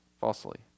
falsely